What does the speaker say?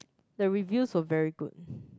the reviews were very good